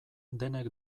denek